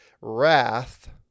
wrath